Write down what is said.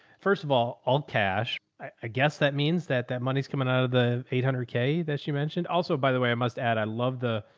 first of all, all cash, i guess that means that that money's coming out of the eight hundred k that she mentioned also, by the way, i must add, i love the.